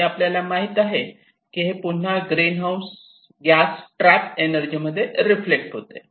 आणि आपल्याला माहित आहे की हे पुन्हा ग्रीनहाऊस गॅस ट्रॅप एनर्जी मध्ये रिफ्लेक्ट होते